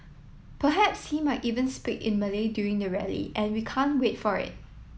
perhaps he might even speak in Malay during the rally and we can't wait for it